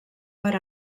per